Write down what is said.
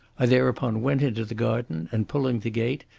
i thereupon went into the garden, and, pulling the gate,